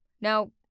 Now